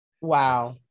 Wow